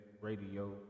Radio